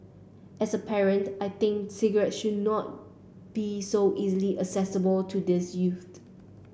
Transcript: as a parent I think cigarette should not be so easily accessible to these youths